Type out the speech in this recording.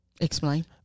Explain